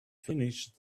finished